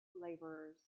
laborers